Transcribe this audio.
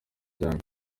cyane